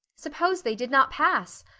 suppose they did not pass!